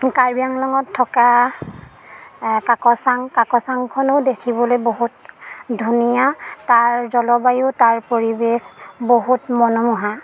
কাৰ্বি আংলংত থকা কাকচাং কাকচাংখনো দেখিবলৈ বহুত ধুনীয়া তাৰ জলবায়ু তাৰ পৰিৱেশ বহুত মনোমোহা